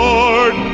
Lord